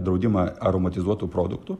draudimą aromatizuotų produktų